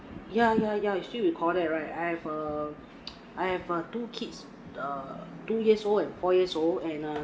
ya ya ya she recorded right I have uh I have err two kids err two years old and four years old and um